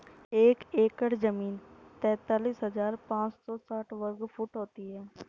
एक एकड़ जमीन तैंतालीस हजार पांच सौ साठ वर्ग फुट होती है